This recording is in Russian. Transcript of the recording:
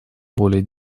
более